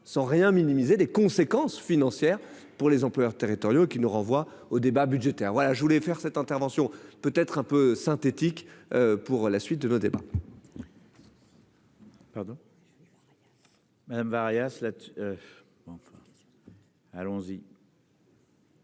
sans rien minimiser les conséquences financières pour les employeurs territoriaux qui nous renvoie au débat budgétaire. Voilà, je voulais faire cette intervention peut être un peu synthétique. Pour la suite de nos débats. Pardon. Madame Varia cela. Enfin. Allons-y.